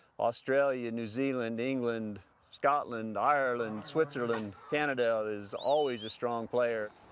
australia, new zealand, england, scotland, ireland, switzerland, canada is always a strong player.